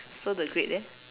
so the grade eh